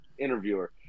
interviewer